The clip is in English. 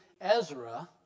Ezra